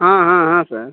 हाँ हाँ हाँ सर